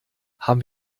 haben